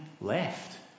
left